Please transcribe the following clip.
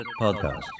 Podcast